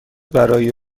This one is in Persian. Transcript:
برای